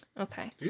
Okay